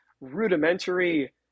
rudimentary